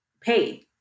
pay